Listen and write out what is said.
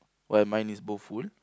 where mine is both full